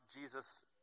Jesus